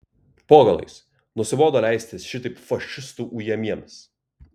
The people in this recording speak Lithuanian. po galais nusibodo leistis šitaip fašistų ujamiems